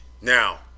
Now